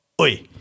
Oi